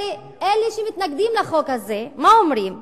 אלה שמתנגדים לחוק הזה, מה אומרים?